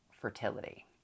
fertility